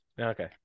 Okay